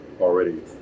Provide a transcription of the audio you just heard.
already